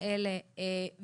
כי אחרת זה לא יתאפשר.